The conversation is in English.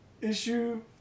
issue